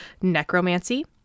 necromancy